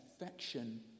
affection